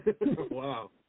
Wow